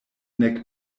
nek